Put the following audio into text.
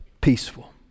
peaceful